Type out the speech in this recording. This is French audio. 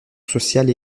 sociale